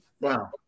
Wow